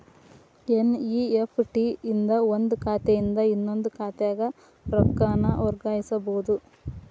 NEFT ಇಂದ ಒಂದ್ ಖಾತೆಯಿಂದ ಇನ್ನೊಂದ್ ಖಾತೆಗ ರೊಕ್ಕಾನ ವರ್ಗಾಯಿಸಬೋದು